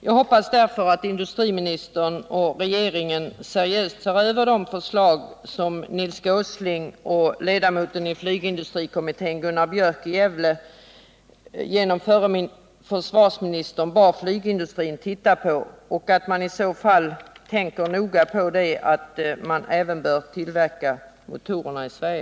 Jag hoppas att industriministern och regeringen seriöst ser över de förslag som Nils Åsling och ledamoten av flygindustrikommittén Gunnar Björk i Gävle genom förre försvarsministern bad flygindustrin att titta på och att man i så fall tänker noga på att även motorerna bör tillverkas i Sverige.